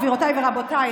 גבירותיי ורבותיי,